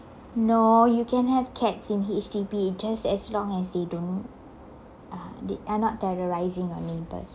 no you can have cats in H_D_B just as long as they don't they are not terrorizing our neighbours